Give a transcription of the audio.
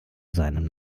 seinem